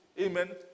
Amen